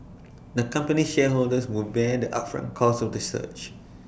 the company's shareholders would bear the upfront costs of the search